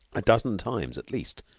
a dozen times, at least,